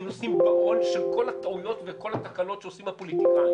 הם עושים את כל הטעויות ואת כל התקלות שעושים הפוליטיקאים,